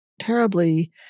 terribly